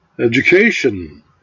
education